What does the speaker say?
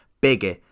bigger